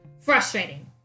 frustrating